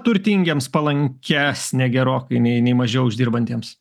turtingiems palankesnė gerokai nei nei mažiau uždirbantiems